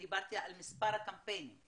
אני דיברתי על מספר הקמפיינים,